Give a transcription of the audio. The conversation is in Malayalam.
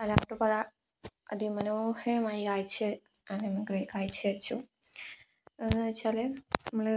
ആ ലാപ്ടോപ്പ് നല്ല അതിമനോഹയമായി കാഴ്ചവെച്ചു എന്നുവെച്ചാല് നമ്മള്